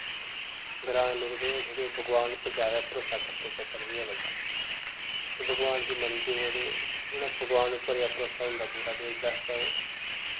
ग्रांऽ दे लोक जेह्ड़े थोह्ड़े भगवान उप्पर ज्यादा भरोसा करदे चक्कर एह् ऐ बड्डा के भगवान गी मनदे ओह् ते उनें भगवान उप्पर गै भरोसा होंदा पूरा ते एह्दे आस्तै ओह्